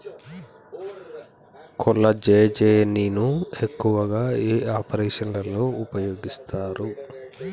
కొల్లాజెజేని ను ఎక్కువగా ఏ ఆపరేషన్లలో ఉపయోగిస్తారు?